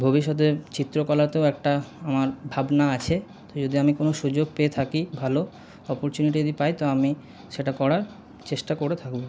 ভবিষ্যতে চিত্রকলাতেও একটা আমার ভাবনা আছে তো আমি যদি কোনো সুযোগ পেয়ে থাকি ভালো অপরচুনিটি যদি পাই তো আমি সেটা করার চেষ্টা করে থাকবো